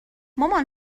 مامان